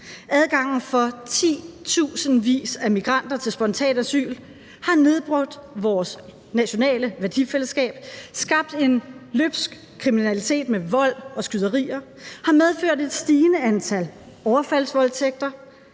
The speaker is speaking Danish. Adgangen for titusindvis af migranter til spontan asyl har nedbrudt vores nationale værdifællesskab, skabt en løbsk kriminalitet med vold og skyderier, har medført et stigende antal overfaldsvoldtægter,